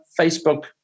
facebook